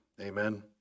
Amen